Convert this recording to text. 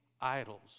idols